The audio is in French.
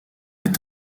est